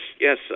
Yes